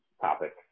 topic